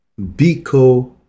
Biko